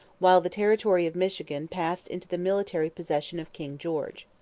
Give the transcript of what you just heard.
while the territory of michigan passed into the military possession of king george.